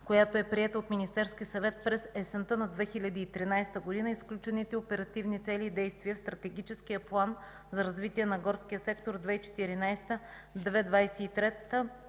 която е приета от Министерския съвет през есента на 2013 г., и включените оперативни цели и действия в Стратегическия план за развитие на горския сектор 2014 – 2023